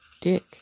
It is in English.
Dick